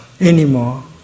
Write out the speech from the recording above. anymore